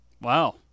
Wow